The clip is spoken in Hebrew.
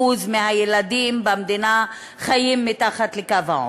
מהילדים במדינה חיים מתחת לקו העוני.